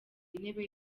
intebe